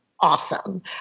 awesome